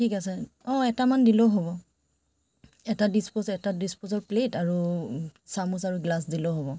ঠিক আছে অঁ এটামান দিলেও হ'ব এটা ডিছপজ এটা ডিছপ'জৰ প্লেট আৰু চামুচ আৰু গ্লাছ দিলেও হ'ব